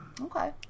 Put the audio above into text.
Okay